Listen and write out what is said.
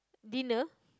dinner